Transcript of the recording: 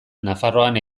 nafarroan